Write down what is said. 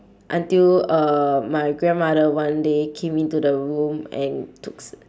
until uh my grandmother one day came into the room and took s~